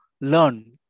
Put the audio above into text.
learn